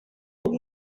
com